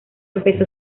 empezó